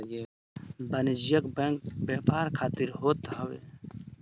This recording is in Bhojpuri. वाणिज्यिक बैंक व्यापार खातिर होत हवे